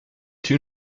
two